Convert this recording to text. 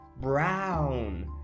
Brown